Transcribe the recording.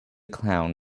clown